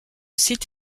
site